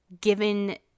given